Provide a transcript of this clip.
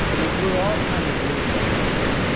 like, we're all kind of really alone,